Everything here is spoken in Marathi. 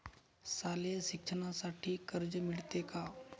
शालेय शिक्षणासाठी कर्ज मिळते का?